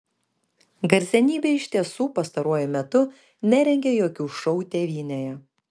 garsenybė iš tiesų pastaruoju metu nerengė jokių šou tėvynėje